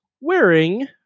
wearing